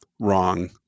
wrong